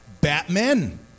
Batman